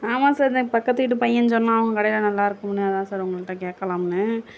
ஆமாம் சார் இந்த பக்கத்து வீட்டு பையன் சொன்னான் உங்கள் கடையில் நல்லாயிருக்கும்னு அதுதான் சார் உங்கள்கிட்ட கேட்கலாம்னு